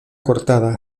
cortada